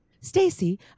stacy